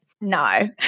No